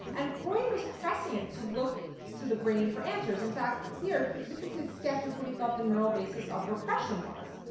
and freud was prescient to look to the brain for answers. in fact, here he this is his sketch of what he thought the neural basis of repression was.